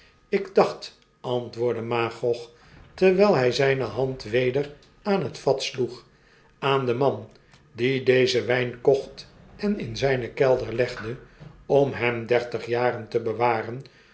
ik dacht antwoordde magog terwijl hij zijne hand weder aan hetvatsloeg aan den man die dezen wijn kocht en in zijnen kelder legde om hem dertig jaren te bewaren